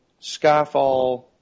Skyfall